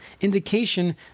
indication